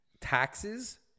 taxes